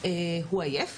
הוא עייף.